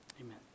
amen